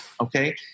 okay